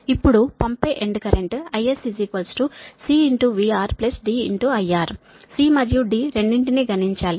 ఇప్పుడు పంపే end current IS C VR D IR C మరియు D రెండింటిని గణించాలి